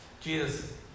Jesus